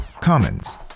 comments